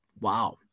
wow